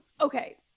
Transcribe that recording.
Okay